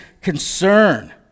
concern